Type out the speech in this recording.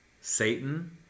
satan